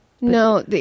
No